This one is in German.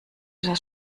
das